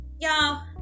y'all